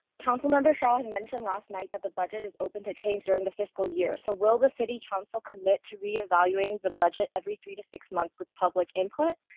council member sean and mentioned last night that the budget is open to change during the fiscal year, so will the city council commit to reevaluating the budget every three to six months with public input?